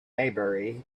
maybury